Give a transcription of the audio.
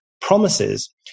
promises